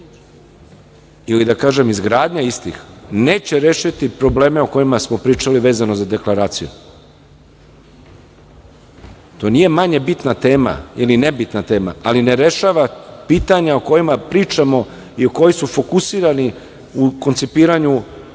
ili izgradnja istih neće rešiti probleme o kojima smo pričali vezano za Deklaraciju, to nije manje bitna tema ili nebitna tema, ali ne rešava pitanja o kojima pričamo i koji su fokusirani u koncipiranju